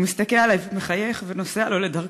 הוא מסתכל עלי ומחייך ונוסע לו לדרכו.